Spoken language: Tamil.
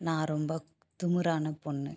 நான் ரொம்ப திமுரான பெண்ணு